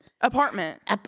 Apartment